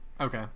Okay